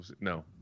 no